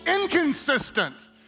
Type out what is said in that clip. inconsistent